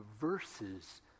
verses